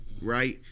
right